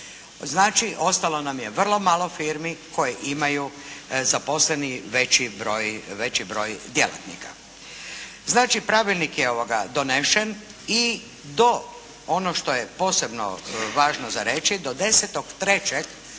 Znači, ostalo nam je vrlo malo firmi koje imaju zaposleni veći broj djelatnika. Znači, pravilnik je donesen i do ono što je posebno važno za reći do 10.3. ove